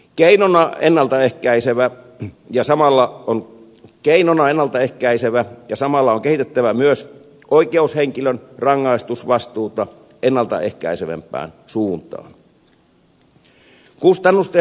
keinona on ennalta ehkäisevä toiminta ja samalla on kehitettävä myös oikeushenkilön rangaistusvastuuta ennalta ehkäisevämpään suuntaan